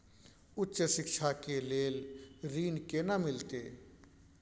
उच्च शिक्षा के लेल ऋण केना मिलते?